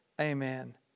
Amen